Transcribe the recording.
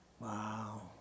Wow